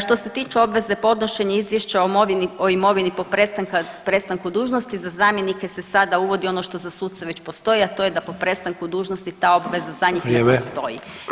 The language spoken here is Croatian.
Što se tiče obveze podnošenja izvješća o imovini po prestanku dužnosti za zamjenike se sada uvodi ono što za suce već postoji, a to je da po prestanku dužnosti ta obveza za njih [[Upadica: Vrijeme.]] ne postoji.